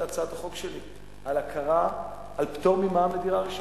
הצעת החוק שלי על פטור ממע"מ לדירה ראשונה.